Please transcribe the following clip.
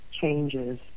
changes